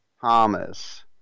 Thomas